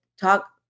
talk